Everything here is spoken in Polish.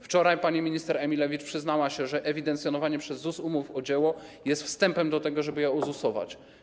Wczoraj pani minister Emilewicz przyznała się, że ewidencjonowanie przez ZUS umów o dzieło jest wstępem do tego, żeby je ozusować.